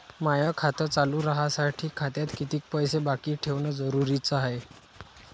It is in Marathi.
माय खातं चालू राहासाठी खात्यात कितीक पैसे बाकी ठेवणं जरुरीच हाय?